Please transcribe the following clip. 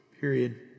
period